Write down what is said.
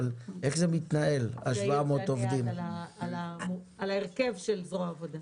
אבל איך זה מתנהל על 700 עובדים?